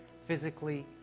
physically